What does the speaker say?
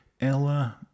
Ella